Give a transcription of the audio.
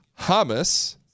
Hamas—